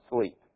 sleep